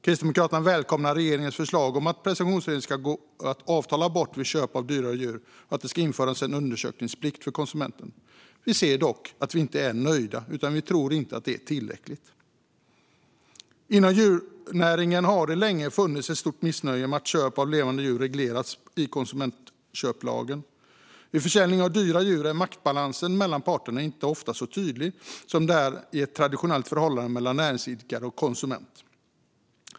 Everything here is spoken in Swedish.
Kristdemokraterna välkomnar regeringens förslag om att presumtionsregeln ska gå att avtala bort vid köp av dyrare djur och att det ska införas en undersökningsplikt för konsumenten. Vi är dock inte nöjda utan tror att det inte är tillräckligt. Inom djurnäringen har det länge funnits ett stort missnöje med att köp av levande djur regleras i konsumentköplagen. Vid försäljning av dyra djur är maktbalansen mellan parterna ofta inte så tydlig som den är i ett traditionellt förhållande mellan näringsidkare och konsument.